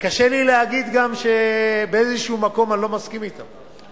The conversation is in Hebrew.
וקשה לי להגיד שבאיזה מקום אני לא מסכים אתם.